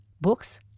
Books